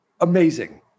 amazing